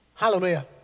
Hallelujah